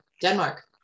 Denmark